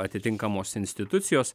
atitinkamos institucijos